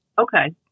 okay